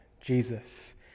Jesus